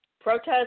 Protest